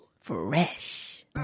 Fresh